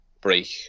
break